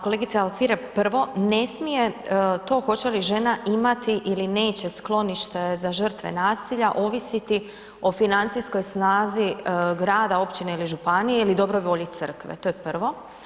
Kolegice Alfirev, prvo ne smije to hoće li žena imati ili neće sklonište za žrtve nasilja ovisiti o financijskoj snazi grada, općine ili županije ili dobroj volji crkve, to je prvo.